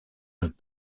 have